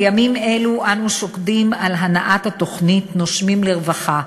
בימים אלו אנו שוקדים על הנעת התוכנית "נושמים לרווחה"